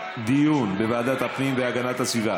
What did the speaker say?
לוועדת הפנים והגנת הסביבה